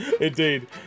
Indeed